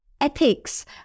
ethics